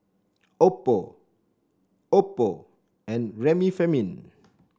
Oppo Oppo and Remifemin